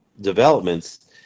developments